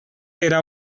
era